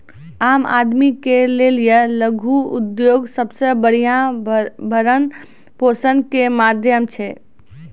आम आदमी के लेली लघु उद्योग सबसे बढ़िया भरण पोषण के माध्यम छै